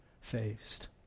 faced